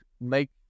make